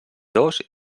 dos